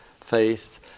faith